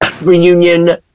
reunion